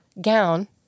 gown